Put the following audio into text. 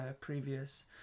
previous